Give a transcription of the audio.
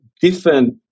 different